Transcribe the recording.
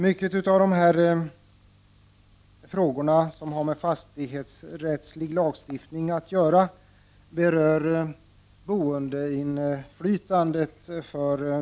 Många av dessa frågor som har med den fastighetsrättsliga lagstiftningen att göra berör boendeinflytandet.